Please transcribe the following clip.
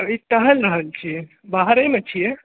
ई टहलि रहल छी बाहरेमे छी